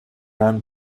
run